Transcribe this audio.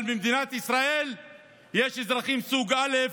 אבל במדינת ישראל יש אזרחים סוג א'